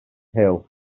hill